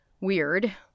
Weird